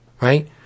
right